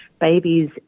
babies